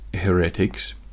heretics